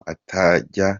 atajya